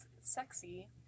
sexy